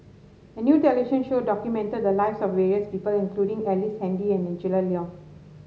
a new television show documented the lives of various people including Ellice Handy and Angela Liong